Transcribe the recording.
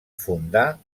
fundar